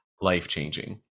Life-changing